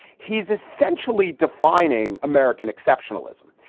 he's essentially defining american exceptionalism,